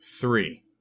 three